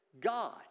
God